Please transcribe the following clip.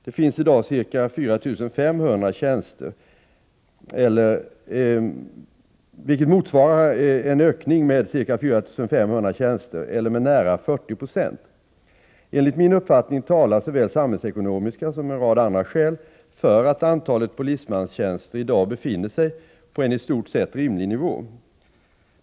Det finns i dag ca 15 900 tjänster, vilket motsvarar en ökning med ca 4 500 tjänster eller med nära 40 96. Enligt min uppfattning talar såväl samhällsekonomiska som en rad andra skäl för att antalet polismanstjänster i dag befinner sig på en i stort sett rimlig nivå.